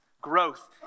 Growth